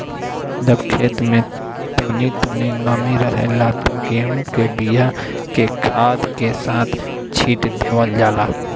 जब खेत में तनी तनी नमी रहेला त गेहू के बिया के खाद के साथ छिट देवल जाला